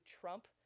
trump